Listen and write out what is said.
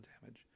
damage